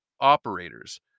operators